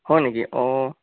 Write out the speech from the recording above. হয় নেকি অঁ